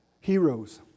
Heroes